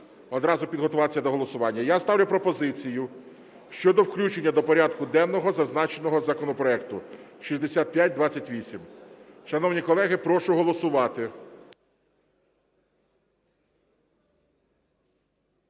одразу підготуватися до голосування. Я ставлю пропозицію щодо включення до порядку денного зазначеного законопроекту 6528. Шановні колеги, прошу голосувати.